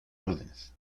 órdenes